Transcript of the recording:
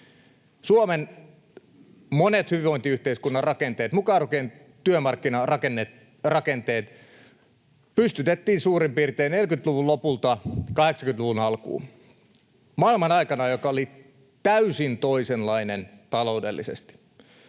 Suomen monet hyvinvointiyhteiskunnan rakenteet, mukaan lukien työmarkkinarakenteet, pystytettiin suurin piirtein 40-luvun lopulta 80-luvun alkuun maailmanaikana, joka oli täysin toisenlainen taloudellisesti.